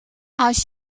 als